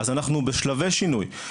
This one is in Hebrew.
אז אנחנו בשלבי שינוי.